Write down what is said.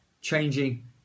changing